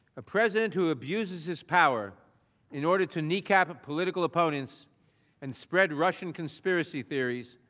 president who abuses power in order to kneecap a political opponent and spread russian conspiracy theories.